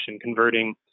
converting